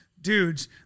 dudes